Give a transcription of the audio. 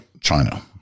China